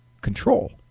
control